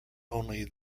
only